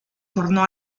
tornò